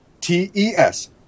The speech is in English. T-E-S